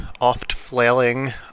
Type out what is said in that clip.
oft-flailing